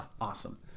Awesome